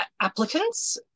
applicants